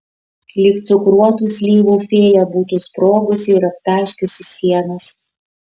lyg cukruotų slyvų fėja būtų sprogusi ir aptaškiusi sienas